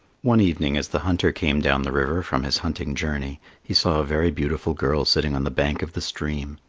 one evening as the hunter came down the river from his hunting journey he saw a very beautiful girl sitting on the bank of the stream.